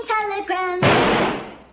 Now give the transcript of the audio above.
telegram